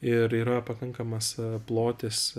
ir yra pakankamas plotis